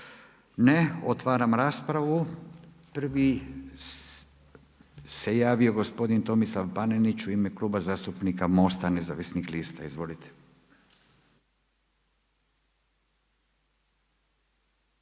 Ne. Otvaram raspravu. Prvi se javio gospodin Tomislav Panenić u ime Kluba zastupnika MOST-a nezavisnih lista. Izvolite.